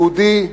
יהודי: